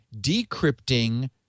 decrypting